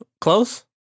Close